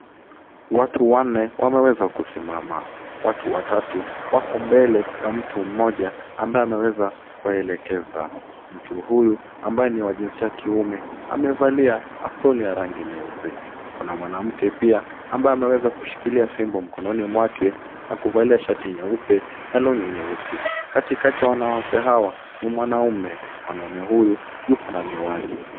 Watu wanne wameweza kusimama, watu watatu wako mbele ya mtu mmoja ambaye ameweza kuwaelekeza. Mtu huyu ambaye ni wa jinsia ya kiume amevalia aproni ya rangi nyeupe. Kuna mwanamke pia ambaye ameweza kushikilia fimbo mkononi mwake na kuvalia shati nyeupe na long'i nyeusi. Katikati ya wanawake hawa ni mwanaume, mwanaume huyu yupo na miwani.